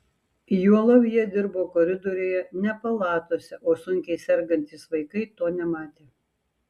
juolab jie dirbo koridoriuje ne palatose o sunkiai sergantys vaikai to nematė